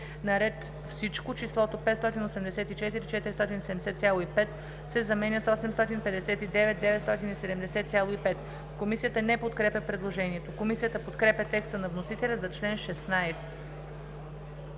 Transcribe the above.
на ред Всичко числото „584 470,5“ се заменя с „859 970,5“. Комисията не подкрепя предложението. Комисията подкрепя текста на вносителя за чл. 16.